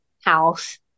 house